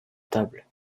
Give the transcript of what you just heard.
table